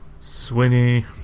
Swinny